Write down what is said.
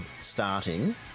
starting